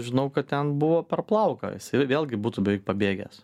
žinau kad ten buvo per plauką jisai vėlgi būtų beveik pabėgęs